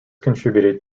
contributed